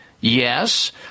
yes